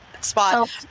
spot